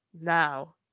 now